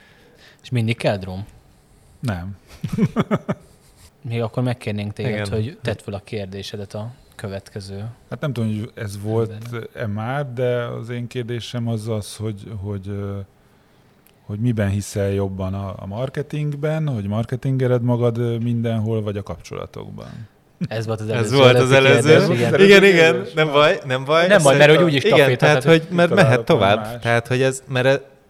És mindig kell drum? Nem. Még akkor megkérnénk téged, Igen. hogy tedd fel a kérdésedet a következő Hát nem tudom, hogy ez volt-e embernek. már, de az én kérdésem az az, hogy- hogy, ö, hogy miben hiszel jobban a- a marketingben, hogy marketingeled magad, ö, mindenhol, vagy a kapcsolatokban? Ez volt az Ez előző volt az előtti előző. kérdés, igen. Igen, igen, Ez volt az előző kérdés? igen, nem Ah. baj, nem baj. Nem baj, Azt mert szerintem- hogy úgy is Igen, tapétál, tehát, tehát- hogy- mert mehet tovább. Kitalálhatom más. Tehát, hogy ez- mert e-